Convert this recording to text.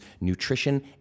nutrition